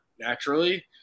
naturally